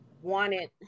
wanted